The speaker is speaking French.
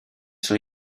sont